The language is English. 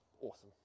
Awesome